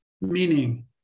meaning